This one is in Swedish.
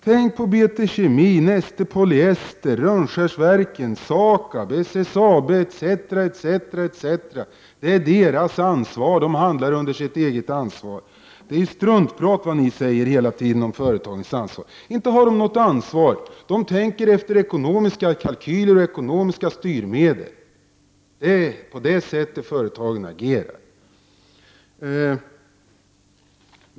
Tänk på BT Kemi, Neste Polyester, Rönnskärsverken, SAKAB, SSAB osv! De handlar under sitt eget ansvar. Vad ni moderater säger om företagens ansvar är dock struntprat! Inte har de något ansvar. De tänker efter ekonomiska kalkyler och ekonomiska styrmedel. Det är så företagen agerar.